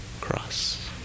cross